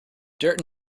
dirt